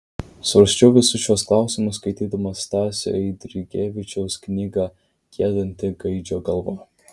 svarsčiau visus šiuos klausimus skaitydamas stasio eidrigevičiaus knygą giedanti gaidžio galva